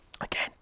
Again